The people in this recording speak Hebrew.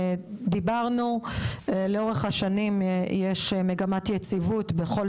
דיברנו לאורך השנים יש מגמת יציבות בכל